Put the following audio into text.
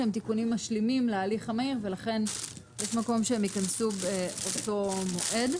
שהם תיקונים משלימים להליך המהיר ולכן יש מקום שהם ייכנסו באותו מועד.